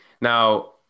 now